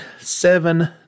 seven